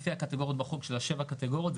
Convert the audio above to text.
לפי הקטגוריות בחוק של שבע הקטגוריות,